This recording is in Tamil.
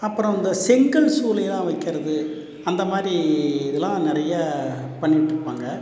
அப்புறம் இந்த செங்கல் சூளைலாம் வைக்கறது அந்தமாதிரி இதுலாம் நிறையா பண்ணிகிட்டு இருப்பாங்கள்